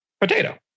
Potato